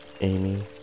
Amy